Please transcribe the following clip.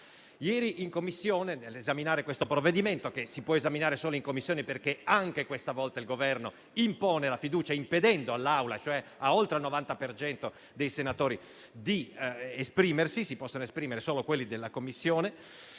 Ieri in Commissione, nell'esaminare questo provvedimento, che si è potuto esaminare solo in Commissione perché anche questa volta il Governo impone la fiducia impedendo all'Assemblea, ossia ad oltre il 90 per cento dei senatori, di esprimersi (si sono potuti esprimere solo i componenti della Commissione),